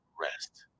rest